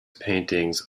paintings